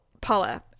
Paula